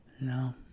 No